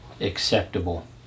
Acceptable